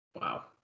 Wow